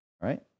right